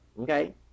okay